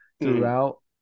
throughout